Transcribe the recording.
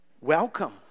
Welcome